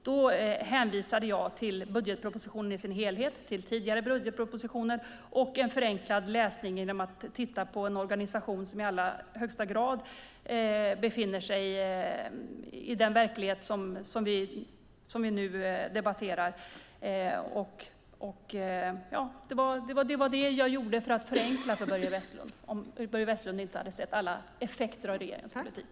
Då hänvisade jag till budgetpropositionen i dess helhet, till tidigare budgetpropositioner och till en förenklad läsning genom att titta på en organisation som i allra högsta grad befinner sig i den verklighet som vi nu debatterar. Det var det jag gjorde för att förenkla för Börje Vestlund, om han nu inte hade sett alla effekter av regeringens politik.